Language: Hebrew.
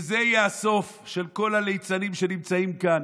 זה יהיה הסוף של כל הליצנים שנמצאים כאן